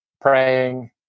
praying